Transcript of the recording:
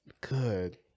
good